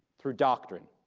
through doctrine,